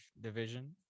division